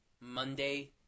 monday